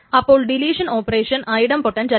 അപ്പോൾ deletion operation idempotent അല്ല